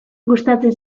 gustatzen